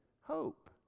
hope